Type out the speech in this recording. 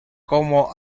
como